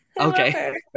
okay